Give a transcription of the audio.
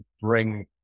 bring